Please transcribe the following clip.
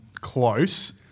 close